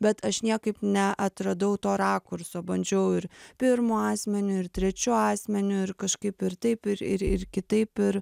bet aš niekaip neatradau to rakurso bandžiau ir pirmu asmeniu ir trečiu asmeniu ir kažkaip ir taip ir ir ir kitaip ir